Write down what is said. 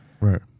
Right